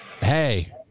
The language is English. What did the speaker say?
hey